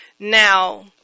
Now